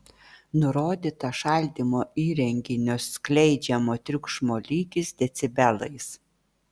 nurodytas šaldymo įrenginio skleidžiamo triukšmo lygis decibelais